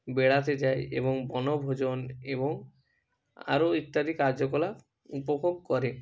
বেড়াতে যায় এবং বনভোজন এবং আরও ইত্যাদি কার্যকলাপ উপভোগ করে